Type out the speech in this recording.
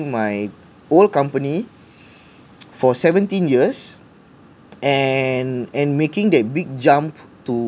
my old company for seventeen years and and making that big jump to